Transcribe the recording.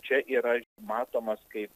čia yra matomas kaip